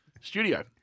studio